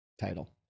title